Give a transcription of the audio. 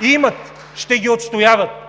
(Ръкопляскания от